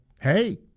hey